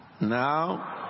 Now